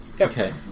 Okay